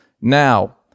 Now